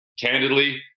candidly